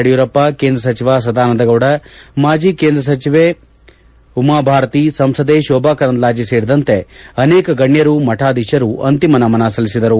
ಯಡಿಯೂರಪ್ಪ ಕೇಂದ್ರ ಸಚಿವ ಸದಾನಂದ ಗೌಡ ಮಾಜಿ ಕೇಂದ್ರ ಸಚಿವೆ ಉಮಾಭಾರತಿ ಸಂಸದೆ ಶೋಭಾ ಕರಂದ್ಲಾಜೆ ಸೇರಿದಂತೆ ಅನೇಕ ಗಣ್ಯರು ಮಠಾಧೀಶರು ಅಂತಿಮ ನಮನ ಸಲ್ಲಿಸಿದರು